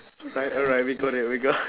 alright alright we got it we got